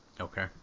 Okay